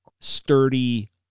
sturdy